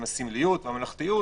עם הסמליות והממלכתיות,